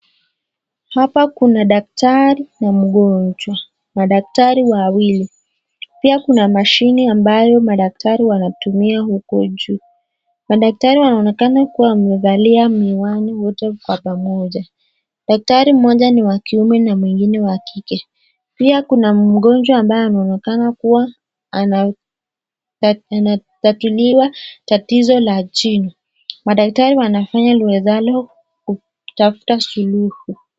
Hapa kuna daktari na mgonjwa, madaktari wawili, pia kuna mashine ambayo madaktari wanatumia huko juu. Madaktari wanaonekana kuwa wamevalia miwani wote kwa pamoja, daktari mmoja ni wa kiume na mwingine wa kike, pia kuna mgonjwa ambaye anaonekana kuwa anatatuliwa tatizo la jino, madaktari wanafanya liwezalo kutafuta suluhu.